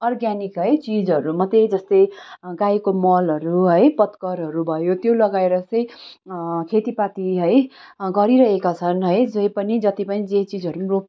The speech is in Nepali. अर्ग्यानिक है चिजहरू मात्रै जस्तै गाईको मलहरू है पत्करहरू भयो त्यो लगाएर चाहिँ खेतीपाती है गरिरहेका छन् है जे पनि जति पनि जे चिजहरू रोप